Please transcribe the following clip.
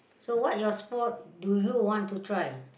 so what your sport do you want to try